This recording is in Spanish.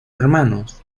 hermanos